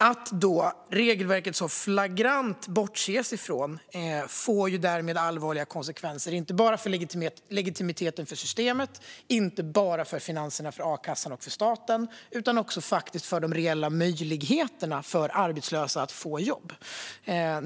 Att då regelverket så flagrant bortses ifrån får därmed allvarliga konsekvenser - inte bara för legitimiteten för systemet, inte bara för finanserna för a-kassan och staten, utan också för de reella möjligheterna för arbetslösa att få jobb.